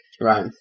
Right